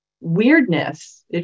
weirdness